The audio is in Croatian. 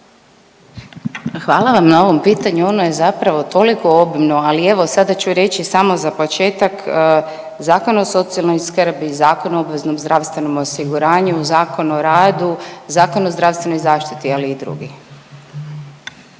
Hvala vam na ovom pitanju, ono je zapravo toliko obimno, ali evo sada ću reći samo za početak, Zakon o socijalnoj skrbi, Zakon o obveznom zdravstvenom osiguranju, Zakon o radu, Zakon o zdravstvenoj zaštiti, ali i drugi.